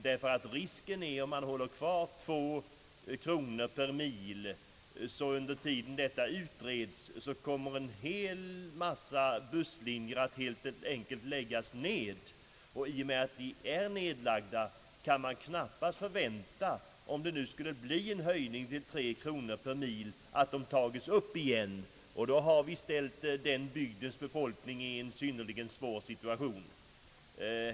Risken med att hålla kvar ersättningen vid 2 kronor per mil är att under tiden frågan utreds kommer en hel mängd busslinjer att helt enkelt läggas ned. även om det blir en höjning till 3 kronor per mil, kan man knappast förvänta att dessa nedlagda linjer tas upp igen. Då har vi ställt bygdens befolkning i en svår situation.